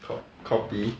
copy